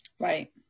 Right